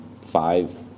five